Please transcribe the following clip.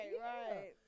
right